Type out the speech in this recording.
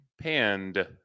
panned